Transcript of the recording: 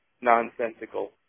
nonsensical